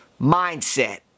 Mindset